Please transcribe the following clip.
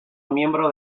miembro